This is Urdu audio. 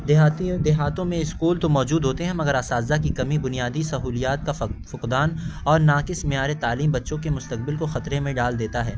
دیہاتیوں دیہاتوں میں اسکول تو موجود ہوتے ہیں مگر اساتذہ کی کمی بنیادی سہولیات کا فک فقدان اور ناقص معیارِ تعلیم بچوں کے مستقبل کو خطرے میں ڈال دیتا ہے